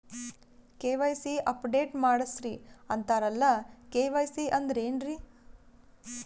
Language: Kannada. ಕೆ.ವೈ.ಸಿ ಅಪಡೇಟ ಮಾಡಸ್ರೀ ಅಂತರಲ್ಲ ಕೆ.ವೈ.ಸಿ ಅಂದ್ರ ಏನ್ರೀ?